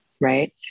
Right